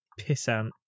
pissant